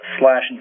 slash